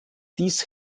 dies